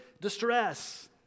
distress